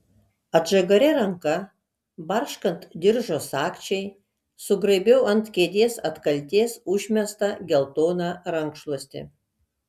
atžagaria ranka barškant diržo sagčiai sugraibiau ant kėdės atkaltės užmestą geltoną rankšluostį